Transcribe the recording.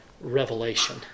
revelation